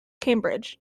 cambridge